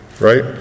right